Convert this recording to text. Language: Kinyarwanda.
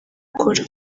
akora